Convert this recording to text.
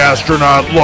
Astronaut